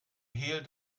hehl